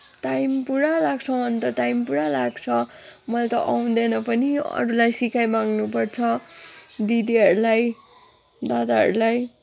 time पुरा लाग्छ अन्त टाइम पुरा लाग्छ मलाई त आउँदैन पनि यो अरूलाई सिकाई माग्नुपर्छ दिदीहरूलाई दादाहरूलाई